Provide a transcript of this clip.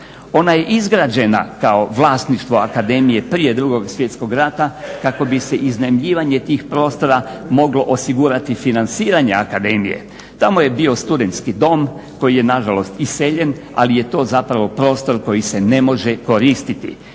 Ona je izgrađena kao vlasništvo akademije prije Drugog svjetskog rata kako bi se iznajmljivanje tih prostora moglo osigurati financiranje akademije. Tamo je bio studentski dom koji je nažalost iseljen, ali je to zapravo prostor koji se ne može koristiti.